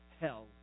hell